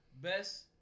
best